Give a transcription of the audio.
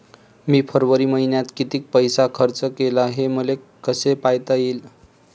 मी फरवरी मईन्यात कितीक पैसा खर्च केला, हे मले कसे पायता येईल?